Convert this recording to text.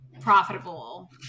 profitable